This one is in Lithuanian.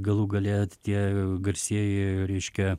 galų gale tie garsieji reiškia